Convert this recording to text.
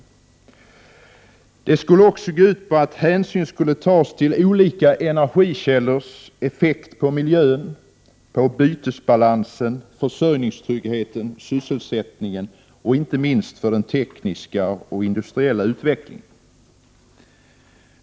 Hänsyn skulle också tas till olika energikällors effekt på miljön, bytesbalansen, försörjningstryggheten, sysselsättningen och inte minst den tekniska och industriella utvecklingen.